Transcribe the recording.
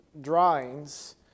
drawings